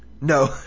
No